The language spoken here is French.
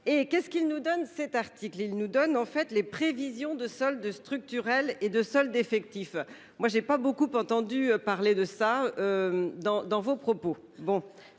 et qu'est-ce qu'il nous donne cet article il nous donne en fait les prévisions de solde structurel et de soldes. Effectif. Moi j'ai pas beaucoup entendu parler de ça. Dans dans vos propos.